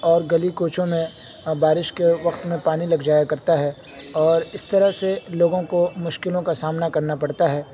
اور گلی کوچوں میں بارش کے وقت میں پانی لگ جایا کرتا ہے اور اس طرح سے لوگوں کو مشکلوں کا سامنا کرنا پڑتا ہے